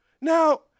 Now